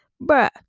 Bruh